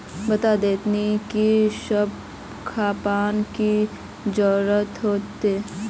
बता देतहिन की सब खापान की जरूरत होते?